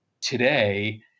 today